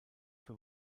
für